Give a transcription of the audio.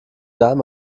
darm